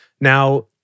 Now